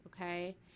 okay